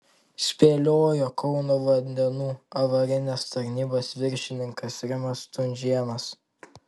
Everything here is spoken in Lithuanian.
spėliojo kauno vandenų avarinės tarnybos viršininkas rimas stunžėnas